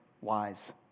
wise